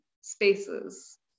spaces